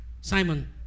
Simon